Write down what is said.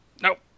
Nope